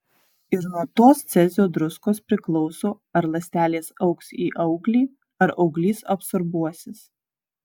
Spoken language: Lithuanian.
ir nuo tos cezio druskos priklauso ar ląstelės augs į auglį ar auglys absorbuosis